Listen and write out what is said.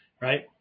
Right